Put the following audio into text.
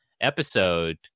episode